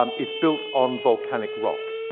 um it's built on volcanic rock.